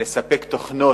לספק בחינם